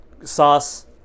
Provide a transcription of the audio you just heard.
sauce